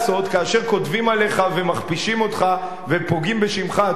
כאשר כותבים עליך ומכפישים אותך ופוגעים בשמך הטוב,